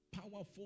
powerful